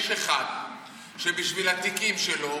יש אחד שבשביל התיקים שלו